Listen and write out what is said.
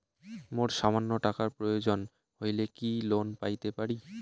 মোর সামান্য টাকার প্রয়োজন হইলে কি লোন পাইতে পারি?